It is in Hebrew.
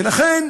לכן,